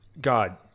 God